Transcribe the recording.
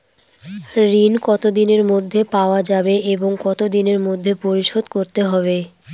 ঋণ কতদিনের মধ্যে পাওয়া যাবে এবং কত দিনের মধ্যে পরিশোধ করতে হবে?